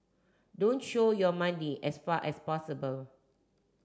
don't show your money as far as possible